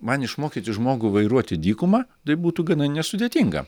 man išmokyti žmogų vairuoti dykuma tai būtų gana nesudėtinga